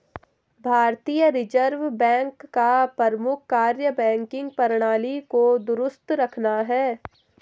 भारतीय reserve bank का प्रमुख कार्य बैंकिंग प्रणाली को दुरुस्त रखना है